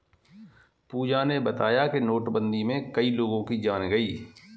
पूजा ने बताया कि नोटबंदी में कई लोगों की जान गई